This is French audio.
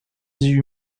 dix